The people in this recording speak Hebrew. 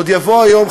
עוד יבוא היום,